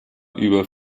über